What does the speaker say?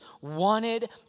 wanted